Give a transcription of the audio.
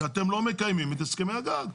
אתם לא מקיימים את הסכמי הגג.